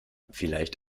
vielleicht